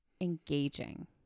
engaging